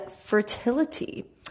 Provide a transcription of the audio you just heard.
fertility